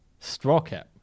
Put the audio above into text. Strawcap